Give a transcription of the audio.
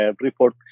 report